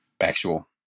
actual